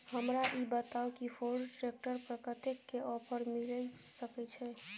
हमरा ई बताउ कि फोर्ड ट्रैक्टर पर कतेक के ऑफर मिलय सके छै?